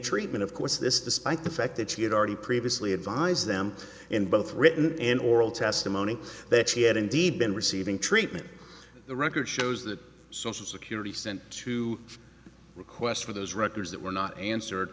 treatment of course this despite the fact that she had already previously advised them in both written and oral testimony that she had indeed been receiving treatment the record shows that social security sent to requests for those records that were not answered